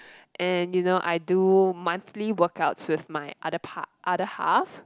and you know I do monthly workouts with my other part~ other half